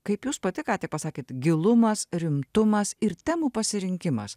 kaip jūs pati ką tik pasakėt gilumas rimtumas ir temų pasirinkimas